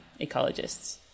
ecologists